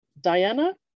Diana